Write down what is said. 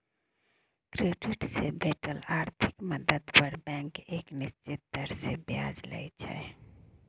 credit से भेटल आर्थिक मदद पर बैंक एक निश्चित दर से ब्याज लइ छइ